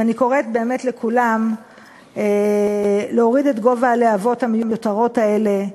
ואני קוראת באמת לכולם להוריד את גובה הלהבות המיותרות האלה.